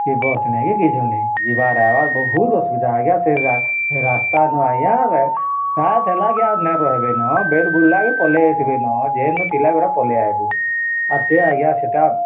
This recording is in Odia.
କି ବସ୍ ନାଇ କିଛୁ ନାଇ ଯିବାର ଆଇବାର୍ ବହୁତ ଅସୁବିଧା ଆଜ୍ଞା ସେ ରାସ୍ତା ନ ଆଜ୍ଞା ରାତ୍ ହେଲା କେ ନା ରହିବେ ନ ବେଲ୍ ବୁଡ୍ଲା କେ ପଳେଇ ଆଇ ଥିବେ ନ ଯେନ ଥିଲା ପରା ପଳେଇ ଆଇବେ ଆର୍ ସେ ଆଜ୍ଞା ସେଇଟା